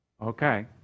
Okay